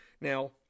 Now